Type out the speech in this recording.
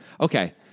Okay